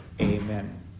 Amen